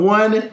one